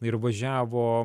ir važiavo